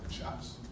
shots